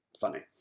funny